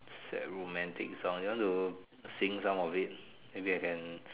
sad romantic songs you want to sing some of it maybe I can